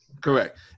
correct